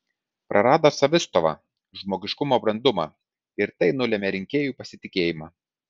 prarado savistovą žmogiškumo brandumą ir tai nulėmė rinkėjų pasitikėjimą